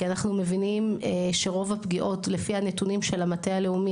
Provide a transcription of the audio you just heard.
כי אנחנו מבינים שרוב הפגיעות לפי הנתונים של המטה הלאומי,